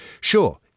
Sure